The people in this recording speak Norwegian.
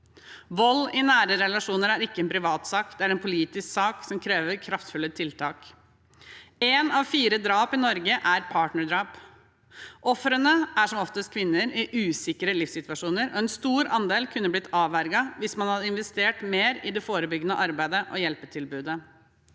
Vold i nære relasjoner er ikke en privatsak, det er en politisk sak som krever kraftfulle tiltak. En av fire drap i Norge er partnerdrap. Ofrene er som oftest kvinner i usikre livssituasjoner. En stor andel kunne blitt avverget hvis man hadde investert mer i det forebyggende arbeidet og hjelpetilbudet.